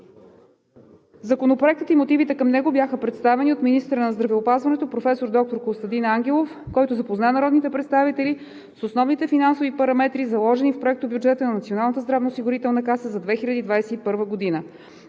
Законопроектът и мотивите към него бяха представени от министъра на здравеопазването професор доктор Костадин Ангелов, който запозна народните представители с основните финансови параметри, заложени в Проектобюджета на Националната здравноосигурителна каса за 2021 г.